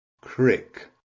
crick